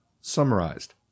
summarized